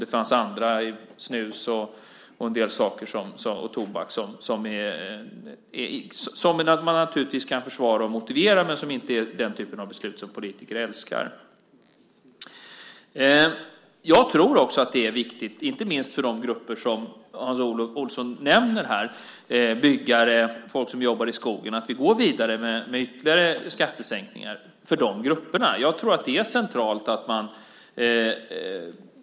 Det fanns även andra, såsom snus och tobak, som man naturligtvis kunde försvara och motivera, men de hör inte till den typen av beslut som politiker älskar att fatta. Jag tror också att det är viktigt att vi går vidare med ytterligare skattesänkningar, inte minst för de grupper som Hans Olsson nämner - byggare, folk som jobbar i skogen. Det är centralt.